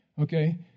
Okay